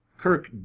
Kirk